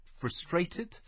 frustrated